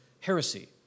heresy